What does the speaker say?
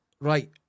Right